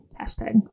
Hashtag